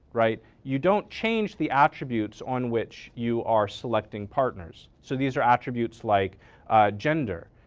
right. you don't change the attributes on which you are selecting partners. so these are attributes like gender,